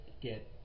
get